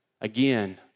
Again